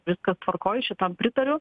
viskas tvarkoj šitam pritariu